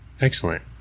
Excellent